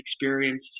experience